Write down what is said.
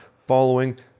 following